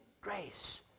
grace